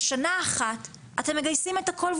בשנה אחת אתם מגייסים את הכל,